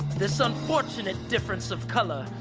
this unfortunate difference of color,